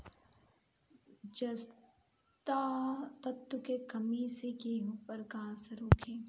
जस्ता तत्व के कमी से गेंहू पर का असर होखे?